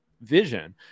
vision